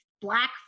black